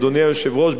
אדוני היושב-ראש,